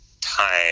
time